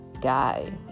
guy